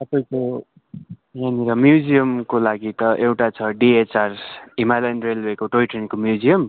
तपाईँको यहाँनिर म्युजियमको लागि त एउटा छ डिएचआर हिमालायन रेलवेको टोई ट्रेनको म्य़ुजियम